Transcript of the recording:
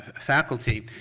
faculty.